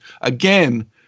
again